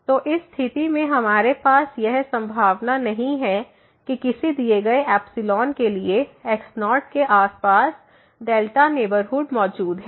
तो इस स्थिति में हमारे पास यह संभावना नहीं है कि किसी दिए गए के लिए x0 के पास नेबरहुड मौजूद है